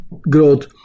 growth